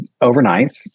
overnight